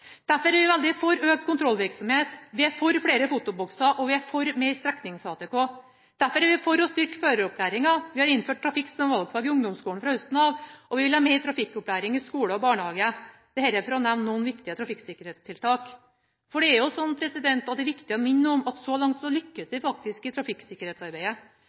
Derfor er vi veldig for økt kontrollvirksomhet, vi er for flere fotobokser, og vi er for mer streknings-ATK. Derfor er vi for å styrke føreropplæringa, vi har innført trafikk som valgfag i ungdomsskolen fra høsten av, og vi vil ha mer trafikkopplæring i skole og barnehage. Dette for å nevne noen viktige trafikksikkerhetstiltak. For det er jo slik at det er viktig å minne om at så langt lykkes vi faktisk i trafikksikkerhetsarbeidet